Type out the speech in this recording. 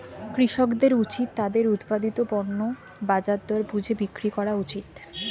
কৃষকদের উচিত তাদের উৎপাদিত পণ্য বাজার দর বুঝে বিক্রি করা উচিত